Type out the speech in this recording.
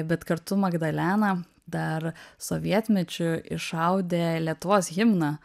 bet kartu magdalena dar sovietmečiu išaudė lietuvos himną